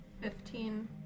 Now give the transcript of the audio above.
Fifteen